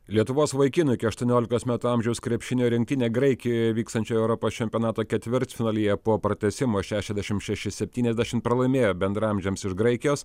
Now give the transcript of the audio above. lietuvos vaikinų iki aštuoniolikos metų amžiaus krepšinio rinktinė graikijoje vykstančio europos čempionato ketvirtfinalyje po pratęsimo šešiasdešimt šeši septyniasdešimt pralaimėjo bendraamžiams iš graikijos